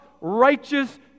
righteous